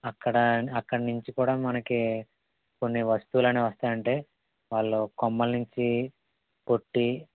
అక్కడ అక్కడ నుంచి కూడా మనకి కొన్ని వస్తువులన్ని వస్తూ ఉంటాయి వాళ్ళు కొమ్మల నుంచి కొట్టి